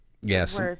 Yes